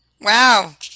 wow